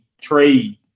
trade